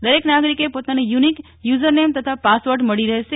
દરેક નાગરિકે પોતાની યુનિક યુઝરનેમ તથા પાસવર્ડ મળી રહેશે